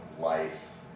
life